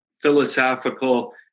philosophical